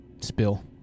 spill